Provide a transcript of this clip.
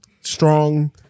strong